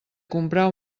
comprar